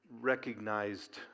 recognized